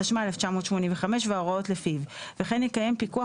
התשמ"ה-1985 וההוראות לפיו וכן יקיים פיקוח